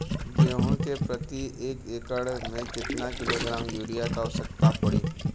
गेहूँ के प्रति एक एकड़ में कितना किलोग्राम युरिया क आवश्यकता पड़ी?